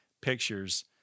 pictures